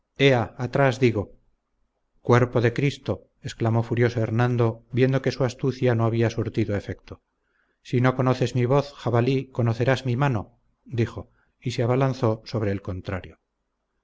atrás digo cuerpo de cristo exclamó furioso hernando viendo que su astucia no había surtido efecto si no conoces mi voz jabalí conocerás mi mano dijo y se abalanzó sobre el contrario